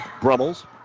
Brummels